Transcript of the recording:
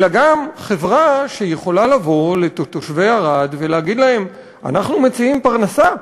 אלא גם חברה שיכולה לבוא לתושבי ערד ולהגיד להם: אנחנו מציעים פרנסה,